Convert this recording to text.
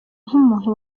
nk’umuntu